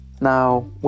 Now